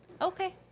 Okay